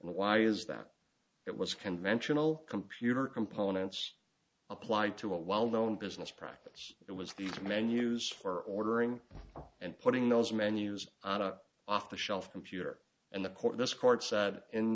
and why is that it was conventional computer components applied to a well known business practice it was the menus for ordering and putting those menus off the shelf computer and the court this court said in